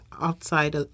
outside